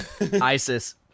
Isis